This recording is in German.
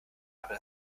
aber